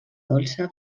dolça